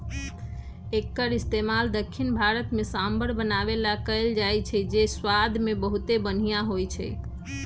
एक्कर इस्तेमाल दख्खिन भारत में सांभर बनावे ला कएल जाई छई जे स्वाद मे बहुते बनिहा होई छई